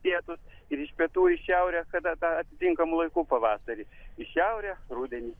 pietus ir iš pietų į šiaurę kada tą atitinkamu laiku pavasarį į šiaurę rudenį